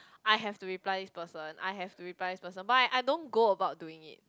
I have to reply this person I have to reply this person but I I don't go about doing it